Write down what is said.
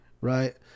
right